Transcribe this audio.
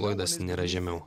loidas nėra žemiau